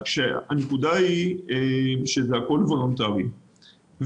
והנקודה היא שהכול וולונטרי,